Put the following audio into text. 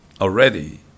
already